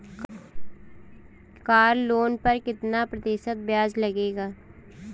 Car loan पर कितना प्रतिशत ब्याज लगेगा?